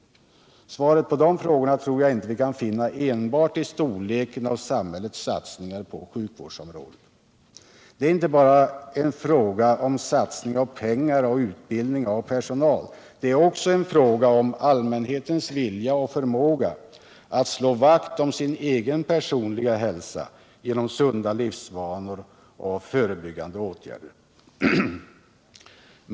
Svaret på dessa frågor tror jag inte vi kan finna enbart i storleken av samhällets satsningar på sjukvårdsområdet. Det är inte bara en fråga om satsning av pengar och utbildning av personal. Det är också en fråga om allmänhetens vilja och förmåga att slå vakt om sin egen personliga hälsa genom sunda livsvanor och förebyggande åtgärder.